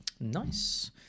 Nice